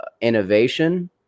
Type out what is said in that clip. innovation